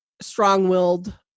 strong-willed